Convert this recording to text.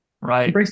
Right